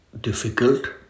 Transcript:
difficult